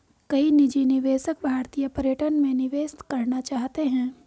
कई निजी निवेशक भारतीय पर्यटन में निवेश करना चाहते हैं